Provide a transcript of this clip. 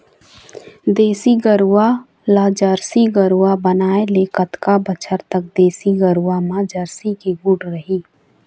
देसी गरवा ला जरसी गरवा बनाए ले कतका बछर तक देसी गरवा मा जरसी के गुण रही?